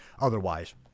otherwise